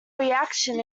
reaction